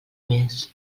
més